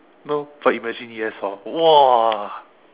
no but imagine yes hor !wah!